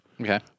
Okay